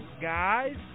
Guys